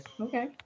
Okay